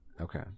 Okay